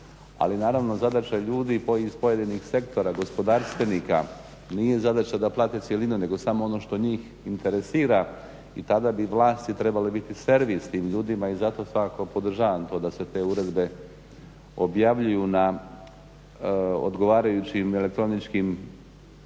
Ali naravno zadaća je ljudi iz pojedinih sektora gospodarstvenika, nije zadaća da plati cjelina, nego samo ono što njih interesira i tada bi vlasti trebale biti servis tim ljudima. I zato svakako podržavam to da se te uredbe objavljuju na odgovarajućim elektroničkim